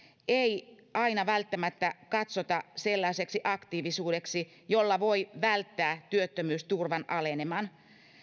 ei aina välttämättä katsota sellaiseksi aktiivisuudeksi jolla voi välttää työttömyysturvan aleneman